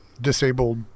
disabled